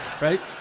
Right